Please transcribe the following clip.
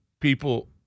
people